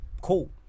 Cool